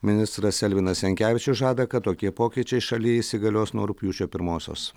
ministras elvinas jankevičius žada kad tokie pokyčiai šaly įsigalios nuo rugpjūčio pirmosios